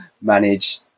manage